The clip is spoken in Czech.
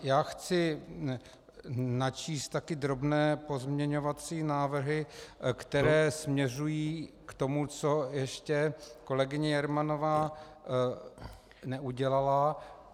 Já chci načíst taky drobné pozměňovací návrhy, které směřují k tomu, co ještě kolegyně Jermanová neudělala.